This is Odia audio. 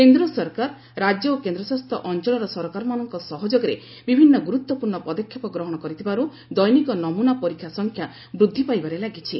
କେନ୍ଦ୍ର ସରକାର ରାଜ୍ୟ ଓ କେନ୍ଦ୍ରଶାସିତ ଅଞ୍ଚଳର ସରକାରମାନଙ୍କ ସହଯୋଗରେ ବିଭିନ୍ନ ଗୁରୁତ୍ୱପୂର୍ଣ୍ଣ ପଦକ୍ଷେପ ଗ୍ରହଣ କରିଥିବାରୁ ଦୈନିକ ନମୁନା ପରୀକ୍ଷା ସଂଖ୍ୟା ବୃଦ୍ଧି ପାଇବାରେ ଲାଗିଛି